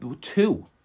two